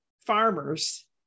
farmers